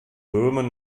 böhmen